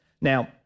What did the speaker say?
Now